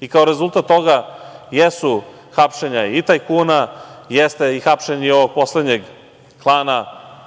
I kao rezultat toga jesu hapšenja i tajkuna, jeste hapšenje i ovog poslednjeg klana,